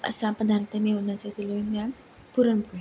असा पदार्थ मी पुरणपोळी